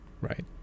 right